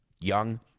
young